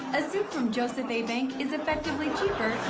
a suit from joseph a. bank is effectively cheaper